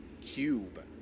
cube